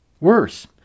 Worse